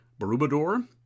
Barubador